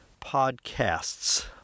podcasts